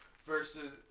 Versus